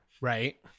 Right